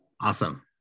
Awesome